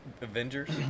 Avengers